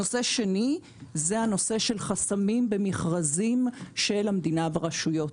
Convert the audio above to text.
נושא שני, חסמים במכרזים של המדינה ורשויות.